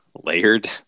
layered